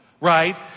right